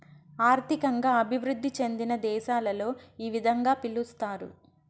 ఆర్థికంగా అభివృద్ధి చెందిన దేశాలలో ఈ విధంగా పిలుస్తారు